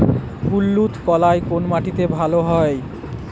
কুলত্থ কলাই কোন মাটিতে ভালো হয়?